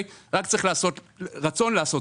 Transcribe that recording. רק צריך רצון לעשות.